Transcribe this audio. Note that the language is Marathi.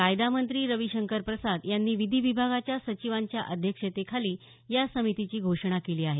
कायदा मंत्री रवी शंकर प्रसाद यांनी विधी विभागाच्या सचिवांच्या अध्यक्षतेखाली या समितीची घोषणा केली आहे